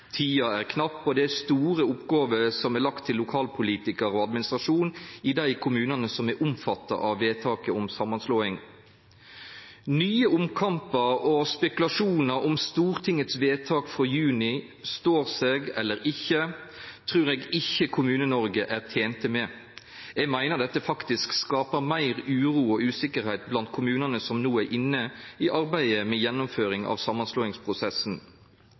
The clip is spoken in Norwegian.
Tida er knapp, og det er store oppgåver som er lagde til lokalpolitikarar og administrasjon i dei kommunane som er omfatta av vedtaket om samanslåing. Nye omkampar og spekulasjonar om Stortingets vedtak frå juni står seg eller ikkje, trur eg ikkje Kommune-Noreg er tent med. Eg meiner dette faktisk skapar meir uro og usikkerheit blant kommunane som no er inne i arbeidet med gjennomføring av samanslåingsprosessen.